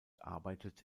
arbeitet